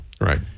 Right